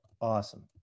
Awesome